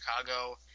Chicago